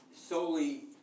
solely